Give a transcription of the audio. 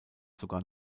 sogar